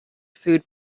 food